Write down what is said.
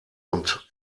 und